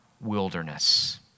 wilderness